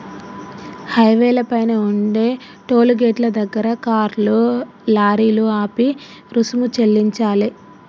హైవేల పైన ఉండే టోలు గేటుల దగ్గర కార్లు, లారీలు ఆపి రుసుము చెల్లించాలే